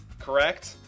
correct